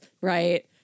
right